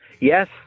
Yes